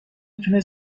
میتونه